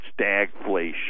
stagflation